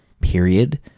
period